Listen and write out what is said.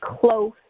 close